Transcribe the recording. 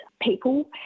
people